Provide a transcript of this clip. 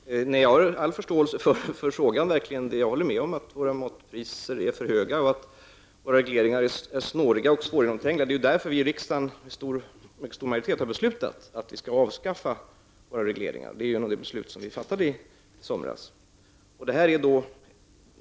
Herr talman! Jag har verkligen all förståelse för frågan. Jag håller med om att våra matpriser är för höga och att våra regleringar är snåriga och svårgenomträngliga. Det är ju därför riksdagen med mycket stor majoritet har beslutat att vi skall avskaffa våra regleringar, vilket skedde genom det beslut som fattades i somras.